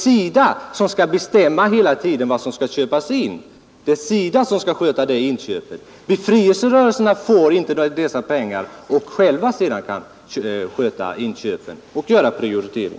SIDA skall hela tiden bestämma vad som skall köpas in. SIDA skall sköta inköpet. Befrielserörelserna får inte dessa pengar för att själva göra prioriteringen och sköta inköpen.